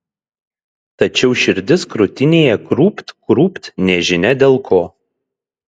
tačiau širdis krūtinėje krūpt krūpt nežinia dėl ko